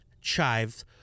chives